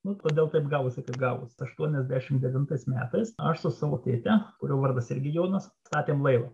nu todėl taip gavosi kaip gavus aštuoniasdešimt devintais metais aš su savo tėte kurio vardas irgi jonas statėm laivą